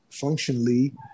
functionally